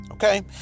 Okay